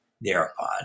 thereupon